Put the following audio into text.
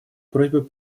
просьбой